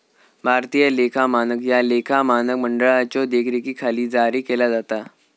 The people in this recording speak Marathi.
भारतीय लेखा मानक ह्या लेखा मानक मंडळाच्यो देखरेखीखाली जारी केला जाता